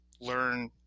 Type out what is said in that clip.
learn